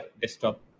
desktop